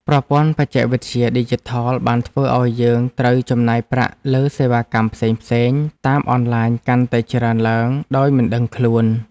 ប្រព័ន្ធបច្ចេកវិទ្យាឌីជីថលបានធ្វើឱ្យយើងត្រូវចំណាយប្រាក់លើសេវាកម្មផ្សេងៗតាមអនឡាញកាន់តែច្រើនឡើងដោយមិនដឹងខ្លួន។